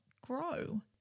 grow